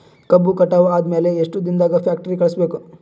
ಕಬ್ಬು ಕಟಾವ ಆದ ಮ್ಯಾಲೆ ಎಷ್ಟು ದಿನದಾಗ ಫ್ಯಾಕ್ಟರಿ ಕಳುಹಿಸಬೇಕು?